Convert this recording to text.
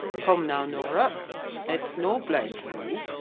come, now, norah it's no blame to you,